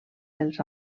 dels